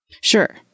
Sure